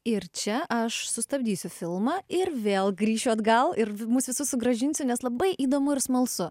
ir čia aš sustabdysiu filmą ir vėl grįšiu atgal ir mus visus sugrąžinsiu nes labai įdomu ir smalsu